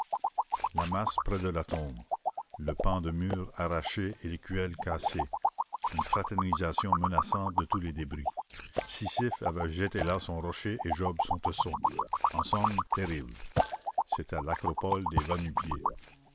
la masse près de l'atome le pan de mur arraché et l'écuelle cassée une fraternisation menaçante de tous les débris sisyphe avait jeté là son rocher et job son tesson en somme terrible c'était l'acropole des va-nu-pieds